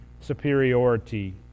superiority